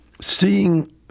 seeing